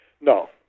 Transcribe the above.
No